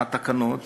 התקנות